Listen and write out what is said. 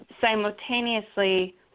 simultaneously